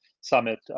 summit